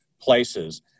places